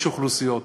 אוכלוסיות,